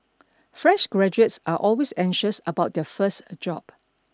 fresh graduates are always anxious about their first job